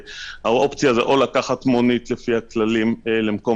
האופציה היא או לקחת מונית לפי הכללים למקום